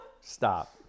stop